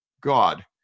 God